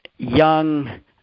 young